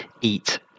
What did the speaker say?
eat